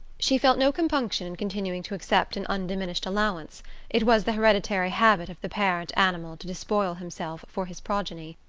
she felt no compunction in continuing to accept an undiminished allowance it was the hereditary habit of the parent animal to despoil himself for his progeny.